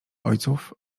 ojców